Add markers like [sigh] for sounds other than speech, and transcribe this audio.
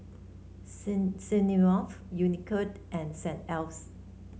[unintelligible] Smirnoff Unicurd and Saint Ives